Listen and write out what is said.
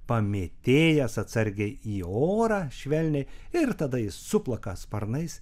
pamėtėjęs atsargiai į orą švelniai ir tada jis suplaka sparnais